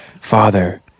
father